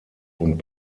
und